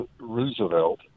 Roosevelt